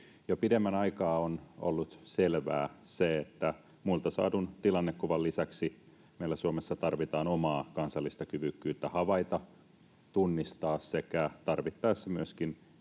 Jo pidemmän aikaa on ollut selvää se, että muilta saadun tilannekuvan lisäksi meillä Suomessa tarvitaan omaa kansallista kyvykkyyttä havaita, tunnistaa sekä tarvittaessa myöskin